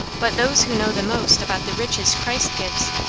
but those who know the most about the riches christ gives,